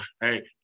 hey